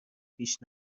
پیش